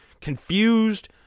confused